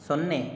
ಸೊನ್ನೆ